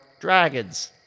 dragons